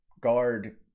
guard